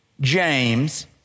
James